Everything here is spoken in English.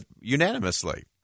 unanimously